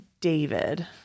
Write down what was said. David